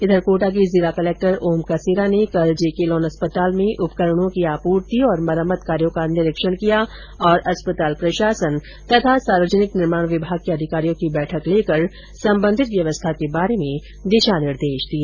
इधर कोटा के जिला कलक्टर ओम कसेरा ने कल जेके लोन अस्पताल में उपकरणों की आपूर्ति और मरम्मत कार्यो का निरीक्षण किया और अस्पताल प्रशासन और सार्वजनिक निर्माण विमाग के अधिकारियों की बैठक लेकर संबंधित व्यवस्था के बारे में दिशा निर्देश दिए